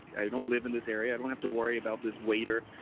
i don't live in this area. i don't have to worry about this waiter,